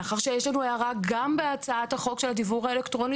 מאחר שיש לנו הערה גם בהצעת החוק של הדיוור האלקטרוני,